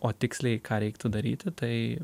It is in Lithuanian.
o tiksliai ką reiktų daryti tai